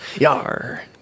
Yar